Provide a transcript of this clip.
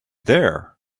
there